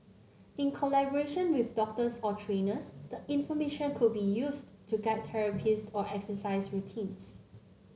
in collaboration with doctors or trainers the information could be used to guide therapies or exercise routines